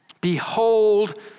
behold